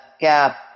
gap